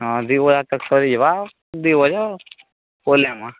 ହଁ ଦୁଇ ବଜା ତକ ସରିଯିବା ଦୁଇ ବଜା ପଲେମା